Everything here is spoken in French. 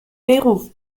pérou